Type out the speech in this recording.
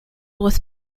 with